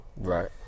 Right